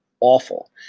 awful